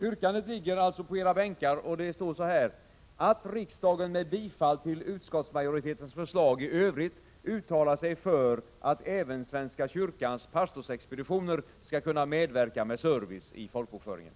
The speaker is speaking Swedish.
Yrkandet har följande lydelse: ”att riksdagen med bifall till utskottsmajoritetens förslag i övrigt uttalar sig för att även svenska kyrkans pastorsexpeditioner skall kunna medverka med service i folkbokföringen.”